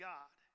God